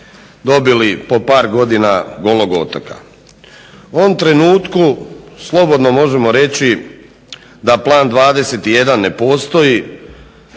dobili po par godina Golog otoka. U ovom trenutku slobodno možemo reći da Plan 21 ne postoji,